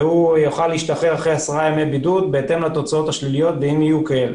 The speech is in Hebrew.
והוא יוכל להשתחרר אחרי עשרה ימי בידוד אם התוצאות שלו יהיו שליליות.